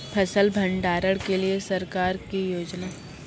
फसल भंडारण के लिए सरकार की योजना?